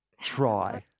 try